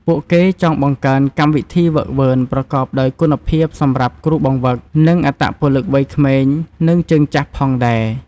ពួកគេចង់បង្កើនកម្មវិធីហ្វឹកហ្វឺនប្រកបដោយគុណភាពសម្រាប់គ្រូបង្វឹក និងអត្តពលិកវ័យក្មេង និងជើងចាស់ផងដែរ។